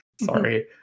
Sorry